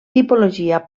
tipologia